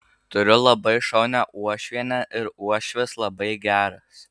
turiu labai šaunią uošvienę ir uošvis labai geras